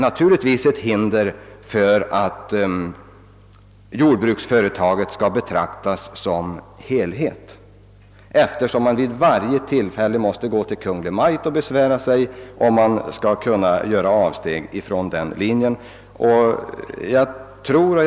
Naturligtvis är det ett direkt hinder för att jordbruksföretaget skall betraktas som en helhet, om man vid varje tillfälle måste besvära sig hos Kungl. Maj:t om man ur allmän synpunkt vill i viss mån eftersätta lönsamhetskravet i en i sammanhanget rätt betydelselös jordbruksareal.